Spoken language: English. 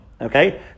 okay